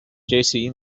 jesse